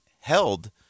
held